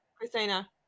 Christina